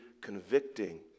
convicting